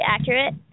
accurate